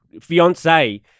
fiance